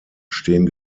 stehen